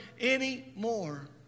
anymore